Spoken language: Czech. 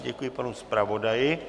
Děkuji panu zpravodaji.